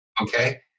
okay